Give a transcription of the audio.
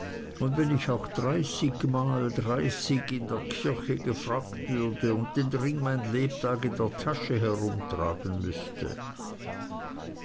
und wenn ich auch dreißigmal dreimal in der kirche gefragt würde und den ring mein lebtag in der tasche herumtragen müßte